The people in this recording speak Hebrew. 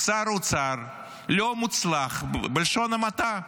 הוא שר אוצר לא מוצלח בלשון המעטה.